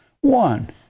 One